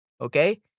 Okay